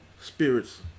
spirits